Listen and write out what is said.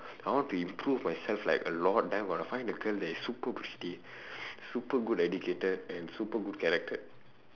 I want to improve myself like a lot then I am gonna find a girl that is super pretty super good educated and super good character